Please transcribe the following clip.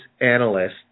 analysts